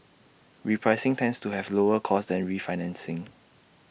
repricing tends to have lower costs than refinancing